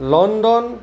London